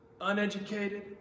uneducated